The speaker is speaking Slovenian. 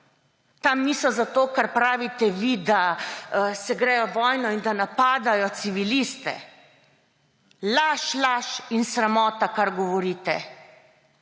Tam niso za to, kar pravite vi, da se gredo vojno in da napadajo civiliste. Laž, laž in sramota, kar govorite.